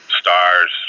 stars